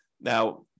Now